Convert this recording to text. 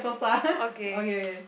okay